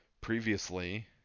previously